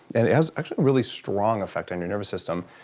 and it has, actually, a really strong effect on your nervous system.